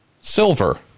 silver